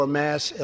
mass